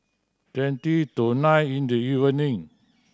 twenty to nine in the evening